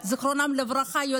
יוצאי אתיופיה, זיכרונם לברכה.